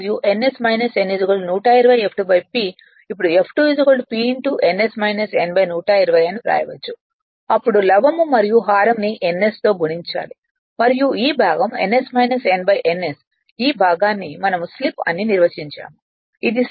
ఇప్పుడు F2 P ns n 120 అని వ్రాయవచ్చు అప్పుడు లవం మరియు హారం ని ns తో గుణించాలి మరియు ఈ భాగం ns n ns ఈ భాగాన్ని మనం స్లిప్ అని నిర్వచించాము ఇది స్లిప్